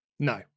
no